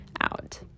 out